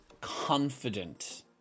confident